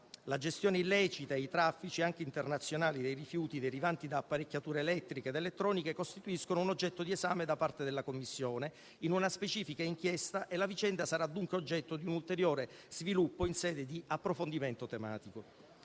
La gestione illecita e i traffici, anche internazionali, dei rifiuti, derivanti da apparecchiature elettriche ed elettroniche costituiscono un oggetto di esame da parte della Commissione in una specifica inchiesta e la vicenda sarà dunque oggetto di un ulteriore sviluppo in sede di approfondimento tematico.